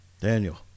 Daniel